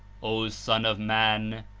o son of man!